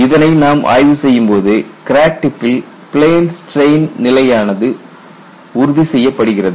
இதனை நாம் ஆய்வு செய்யும் போது கிராக் டிப்பில் பிளேன் ஸ்ட்ரெயின் நிலையானது உறுதி செய்யப்படுகிறது